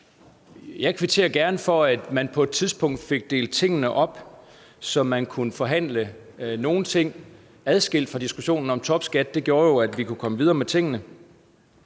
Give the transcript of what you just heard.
Jeg kvitterer gerne for, at man på et tidspunkt fik delt tingene op, så man kunne forhandle nogle ting adskilt fra diskussionen om topskatten. Det gjorde, at vi kunne komme videre med tingene.